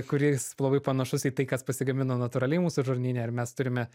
kuris labai panašus į tai kas pasigamina natūraliai mūsų žarnyne ir mes turime